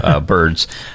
birds